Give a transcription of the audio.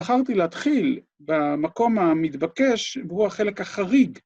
בחרתי להתחיל במקום המתבקש, והוא החלק החריג.